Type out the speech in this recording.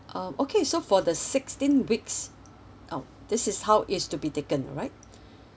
um okay so for the sixteen weeks um this is how is to be taken alright